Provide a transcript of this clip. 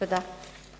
תודה.